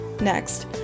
Next